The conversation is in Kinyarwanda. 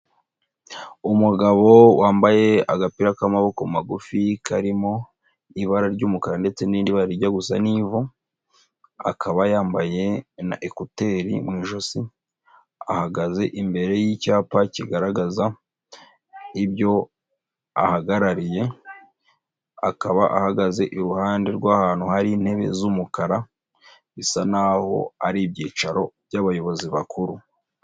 Umugabo wambaye agapira k'amaboko magufi, karimo ibara ry'umukara ndetse n'irindi bara rijya gusa n'ivu, akaba yambaye na ekuteri mu ijosi, ahagaze imbere y'icyapa kigaragaza ibyo ahagarariye, akaba ahagaze iruhande rw'ahantu hari intebe z'umukara, bisa n'aho ari ibyicaro by'abayobozi bakuru.